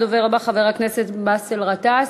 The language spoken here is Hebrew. הדובר הבא, חבר הכנסת באסל גטאס,